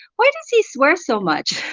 why does he swear so much?